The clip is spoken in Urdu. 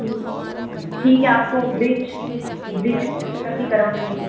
ہوں ٹھیک ہے آپ کو بلیچ بلیچ کس طرح کی کروانی ہے